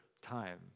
time